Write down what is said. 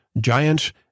Giants